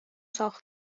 ساخت